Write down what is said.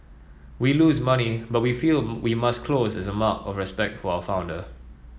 we lose money but we feel we must close as a mark of respect for our founder